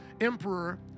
emperor